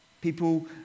people